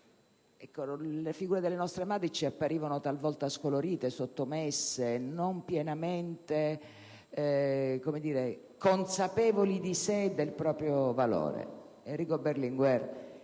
le figure delle nostre madri ci apparivano talvolta scolorite, sottomesse, non pienamente consapevoli di sé e del proprio valore. Enrico Berlinguer